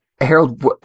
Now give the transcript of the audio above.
Harold